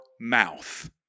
mouth